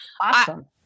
awesome